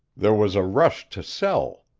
there was a rush to sell.